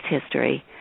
history